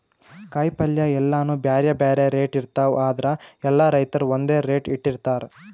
ಕಾಯಿಪಲ್ಯ ಎಲ್ಲಾನೂ ಬ್ಯಾರೆ ಬ್ಯಾರೆ ರೇಟ್ ಇರ್ತವ್ ಆದ್ರ ಎಲ್ಲಾ ರೈತರ್ ಒಂದ್ ರೇಟ್ ಇಟ್ಟಿರತಾರ್